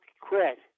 quit